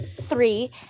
three